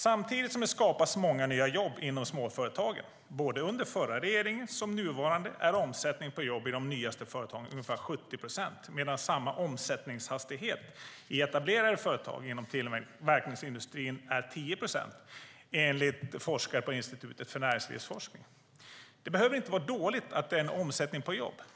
Samtidigt som det skapas många nya jobb inom småföretagen - både under förra regeringen och den nuvarande - är omsättningen på jobb i de nyaste företagen ungefär 70 procent, medan samma omsättningshastighet i etablerade företag inom tillverkningsindustrin är 10 procent enligt forskare på Institutet för Näringslivsforskning. Det behöver inte vara dåligt att det är en omsättning på jobb.